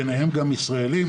ביניהם גם ישראלים